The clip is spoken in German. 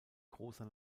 großer